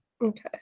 Okay